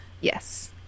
Yes